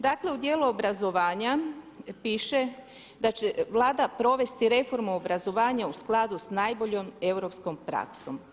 Dakle, u dijelu obrazovanja piše da će Vlada provesti reformu obrazovanja u skladu s najboljom europskom praksom.